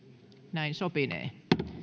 näin sopinee